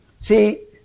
See